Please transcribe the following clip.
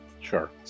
Sure